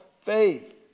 faith